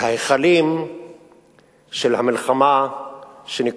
ישראל צריכה להחליט: היא רוצה להגיע להסדר או לבנות את